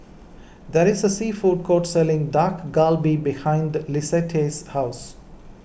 there is a sea food court selling Dak Galbi behind Lissette's house